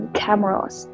cameras